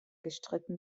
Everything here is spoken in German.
gestritten